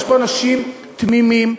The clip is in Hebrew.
יש פה אנשים תמימים,